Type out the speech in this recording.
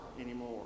anymore